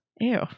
Ew